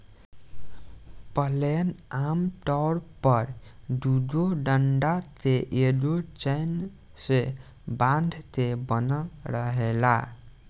flail आमतौर पर दुगो डंडा के एगो चैन से बांध के बनल रहेला